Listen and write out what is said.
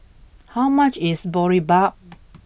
how much is Boribap